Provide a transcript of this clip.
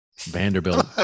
Vanderbilt